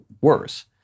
worse